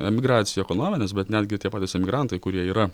emigracija ekonominės bet netgi tie patys emigrantai kurie yra